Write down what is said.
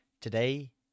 Today